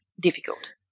difficult